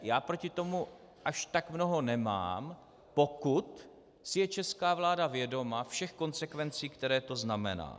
Já proti tomu až tak mnoho nemám, pokud si je česká vláda vědoma všech konsekvencí, které to znamená.